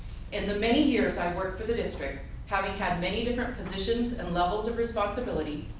in the many years i worked for the district having had many different positions and levels of responsibility,